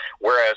whereas